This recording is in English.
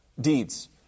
deeds